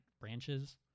branches